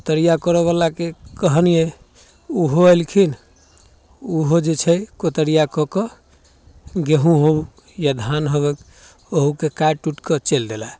कोतरिआ करऽवलाके कहलिए ओहो अएलखिन ओहो जे छै कोतरिआ कऽ कऽ गहूम हउ या धान होबक ओहूके काटि उटिके चलि देलक